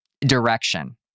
direction